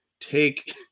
take